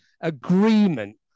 Agreement